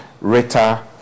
Rita